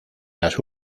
las